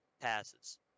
passes